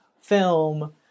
film